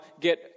get